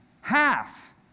half